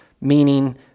meaning